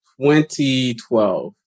2012